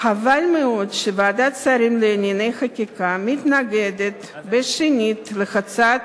חבל מאוד שוועדת שרים לענייני חקיקה מתנגדת בשנית להצעת